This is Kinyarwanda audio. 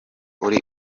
uri